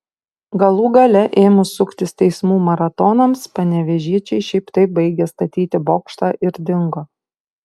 galų gale ėmus suktis teismų maratonams panevėžiečiai šiaip taip baigė statyti bokštą ir dingo